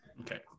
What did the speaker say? Okay